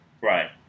Right